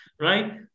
right